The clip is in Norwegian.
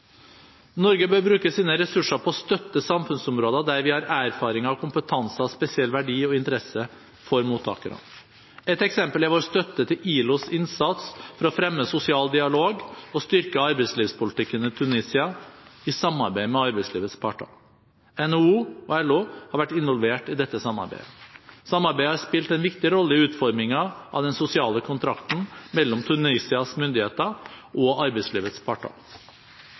Norge bør bruke sine ressurser på å støtte samfunnsområder der vi har erfaringer og kompetanse av spesiell verdi og interesse for mottakerne. Et eksempel er vår støtte til ILOs innsats for å fremme sosial dialog og styrke arbeidslivspolitikken i Tunisia, i samarbeid med arbeidslivets parter. NHO og LO har vært involvert i dette samarbeidet. Samarbeidet har spilt en viktig rolle i utformingen av den sosiale kontrakten mellom Tunisias myndigheter og arbeidslivets parter.